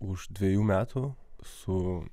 už dvejų metų su